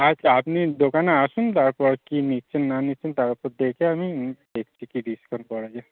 আচ্ছা আপনি দোকানে আসুন তারপর কী নিচ্ছেন না নিচ্ছেন তার ওপর দেখে আমি দেখছি কী ডিসকাউন্ট করা যায়